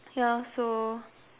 ya so